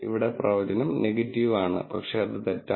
ഇവിടെ പ്രവചനം നെഗറ്റീവ് ആണ് പക്ഷേ അത് തെറ്റാണ്